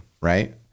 right